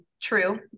true